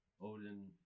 Odin